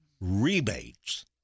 rebates